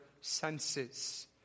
senses